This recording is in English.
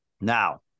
Now